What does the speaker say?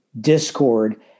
discord